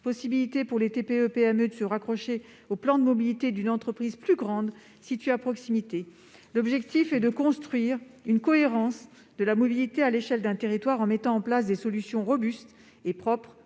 possibilité pour des TPE-PME de se raccrocher au plan de mobilité d'une entreprise plus grande située à proximité. L'objectif est de construire une cohérence de la mobilité à l'échelle d'un territoire, en mettant en place des solutions robustes et propres